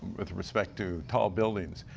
with respect to tall buildings.